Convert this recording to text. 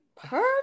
Perfect